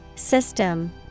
System